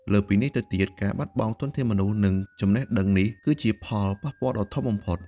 លើសពីនេះទៅទៀត ការបាត់បង់ធនធានមនុស្ស និងចំណេះដឹងនេះគឺជាផលប៉ះពាល់ដ៏ធំបំផុត។